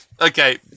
Okay